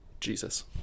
jesus